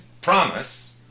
promise